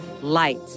light